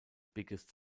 biggest